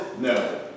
no